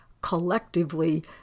collectively